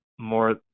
more